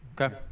Okay